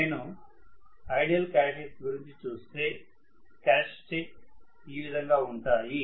నేను ideal characteristics గురించి చూస్తే క్యారెక్టర్స్టిక్స్ ఈ విధంగా ఉంటాయి